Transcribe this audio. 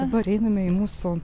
dabar einame į mūsų